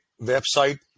website